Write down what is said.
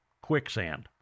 quicksand